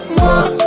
more